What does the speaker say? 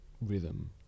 rhythm